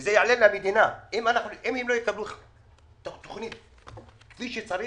הם לא יקבלו תוכנית כפי שצריך,